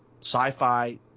sci-fi